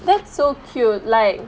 that's so cute like